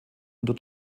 unter